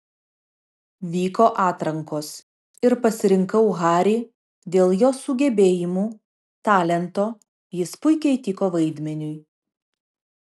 vyko atrankos ir pasirinkau harry dėl jo sugebėjimų talento jis puikiai tiko vaidmeniui